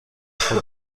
خود